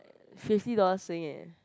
fifty dollars sing eh